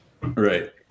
Right